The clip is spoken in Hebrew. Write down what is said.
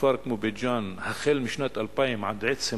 בכפר כמו בית-ג'ן החל משנת 2000 עד עצם